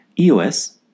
EOS